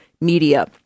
media